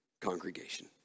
congregation